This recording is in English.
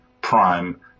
Prime